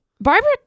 Barbara